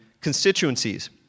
constituencies